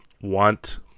want